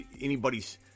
anybody's